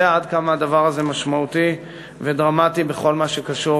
יודע עד כמה הדבר הזה משמעותי ודרמטי בכל מה שקשור